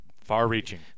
Far-reaching